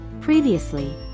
Previously